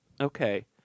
Okay